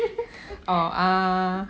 orh ah